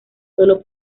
sólo